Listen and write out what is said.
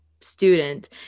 student